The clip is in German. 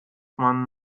man